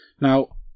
Now